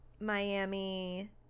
Miami